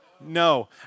No